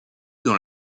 dans